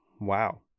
Wow